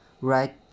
right